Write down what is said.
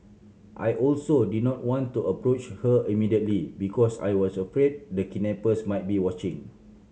I also did not want to approach her immediately because I was afraid the kidnappers might be watching